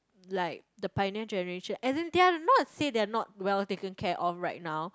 like the pioneer generation as in they're not say they are not well taken care all right now